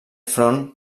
front